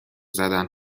زدن